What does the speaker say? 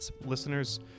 listeners